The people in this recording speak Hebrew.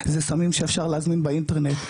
זה סמים שאפשר להזמין באינטרנט.